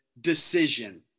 decision